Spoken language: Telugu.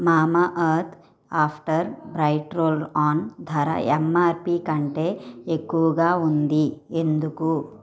Mamaearth after bite roll on ధర ఎంఆర్పి కంటే ఎక్కువగా ఉంది ఎందుకు